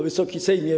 Wysoki Sejmie!